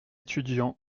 étudiant